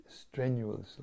strenuously